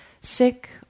sick